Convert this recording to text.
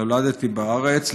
נולדתי בארץ,